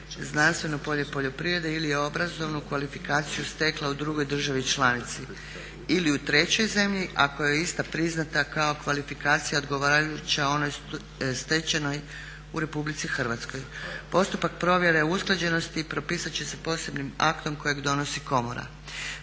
znanstveno polje poljoprivrede ili je obrazovnu kvalifikaciju stekla u drugoj državi članici ili u trećoj zemlji ako je ista priznata kao kvalifikacija odgovarajuća onoj stečenoj u RH. Postupak provjere usklađenosti propisat će se posebnim aktom koji donosi komora.